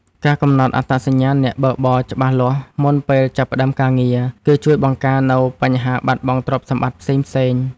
ការកំណត់អត្តសញ្ញាណអ្នកបើកបរច្បាស់លាស់មុនពេលចាប់ផ្ដើមការងារ គឺជួយបង្ការនូវបញ្ហាបាត់បង់ទ្រព្យសម្បត្តិផ្សេងៗ។